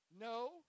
No